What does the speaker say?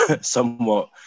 somewhat